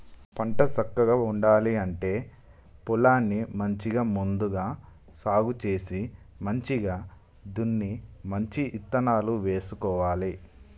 పంట సక్కగా పండాలి అంటే పొలాన్ని మంచిగా ముందుగా సాగు చేసి మంచిగ దున్ని మంచి ఇత్తనాలు వేసుకోవాలి